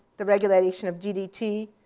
the regulation of ddt,